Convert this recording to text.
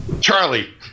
Charlie